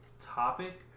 topic